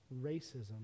racism